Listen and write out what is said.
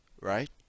right